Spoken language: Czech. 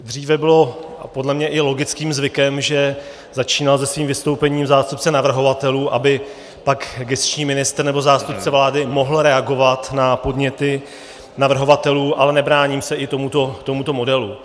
Dříve bylo podle mě i logickým zvykem, že začíná se svým vystoupením zástupce navrhovatelů, aby pak gesční ministr nebo zástupce vlády mohl reagovat na podněty navrhovatelů, ale nebráním se i tomuto modelu.